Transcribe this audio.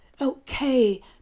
Okay